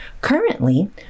Currently